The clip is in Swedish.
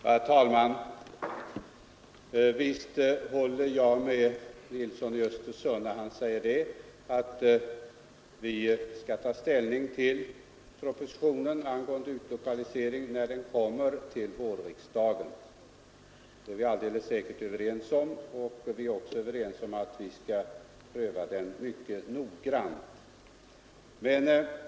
Herr talman! Visst håller jag med herr Nilsson i Östersund då han säger att vi skall ta ställning till propositionen angående utlokalisering när den läggs fram för vårriksdagen. Det är vi alldeles säkert överens om, och vi är också överens om att vi skall pröva den mycket noggrant.